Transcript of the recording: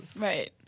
Right